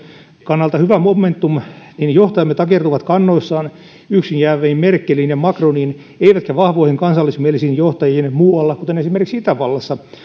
kannalta hyvä momentum niin johtajamme takertuvat kannoissaan yksin jääviin merkeliin ja macroniin eivätkä vahvoihin kansallismielisiin johtajiin muualla kuten esimerkiksi itävallassa